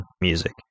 music